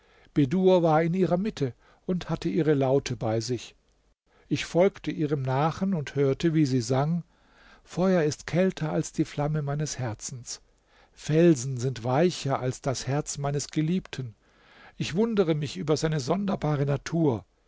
war in ihrer mitte und hatte ihre laute bei sich ich folgte ihrem nachen und hörte wie sie sang feuer ist kälter als die flamme meines herzens felsen sind weicher als das herz meines geliebten ich wundere mich über seine sonderbare natur